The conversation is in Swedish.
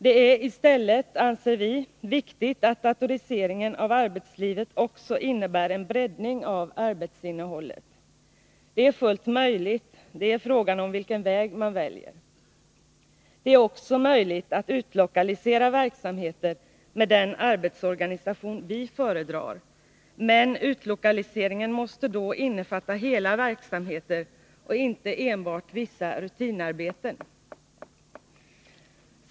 Det är i stället, anser vi, viktigt att datoriseringen av arbetslivet också innebär 169 en breddning av arbetsinnehållet. Det är fullt möjligt, det är fråga om vilken väg man väljer. Det är också möjligt att utlokalisera verksamheter med den arbetsorganisation vi föredrar, men utlokaliseringen måste då innefatta hela verksamheter och inte enbart vissa rutinarbeten.